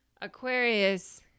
Aquarius